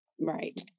Right